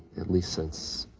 at least since,